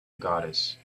goddess